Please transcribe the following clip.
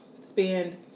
spend